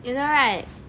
you know right